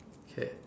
okay